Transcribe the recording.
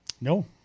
No